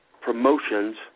promotions